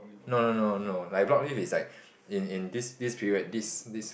no no no no like block leave is like in in this this period this this